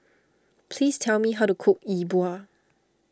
please tell me how to cook Yi Bua